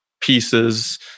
pieces